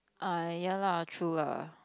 uh ya lah true lah